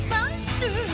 Monster